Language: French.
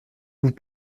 vous